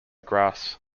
grass